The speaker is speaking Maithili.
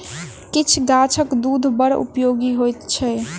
किछ गाछक दूध बड़ उपयोगी होइत छै